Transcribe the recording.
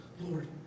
Lord